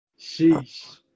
Sheesh